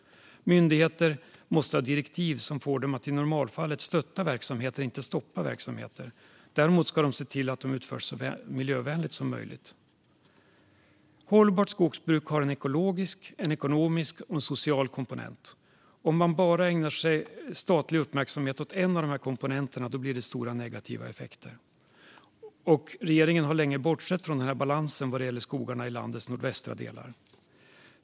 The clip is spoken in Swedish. Myndigheter måste ha direktiv som får dem att i normalfallet stötta verksamheter och inte stoppa verksamheter. Däremot ska de se till att dessa verksamheter utförs så miljövänligt som möjligt. Hållbart skogsbruk har en ekologisk, en ekonomisk och en social komponent. Om man bara ägnar statlig uppmärksamhet åt en av dessa komponenter blir det stora negativa effekter. Regeringen har länge bortsett från denna balans vad gäller skogarna i landets nordvästra delar.